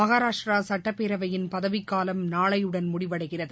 மகாராஷ்டராசட்டப்பேரவையின் பதவிக் காலம் நாளையுடன் முடிவடைகிறது